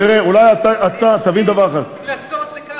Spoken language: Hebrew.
תראה, תבין דבר אחד, 20 כנסות זה ככה.